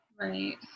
Right